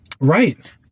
Right